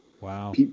Wow